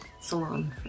salon